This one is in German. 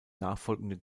nachfolgenden